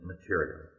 material